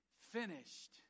finished